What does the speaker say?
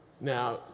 Now